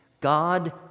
God